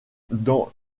dans